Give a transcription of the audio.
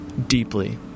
Deeply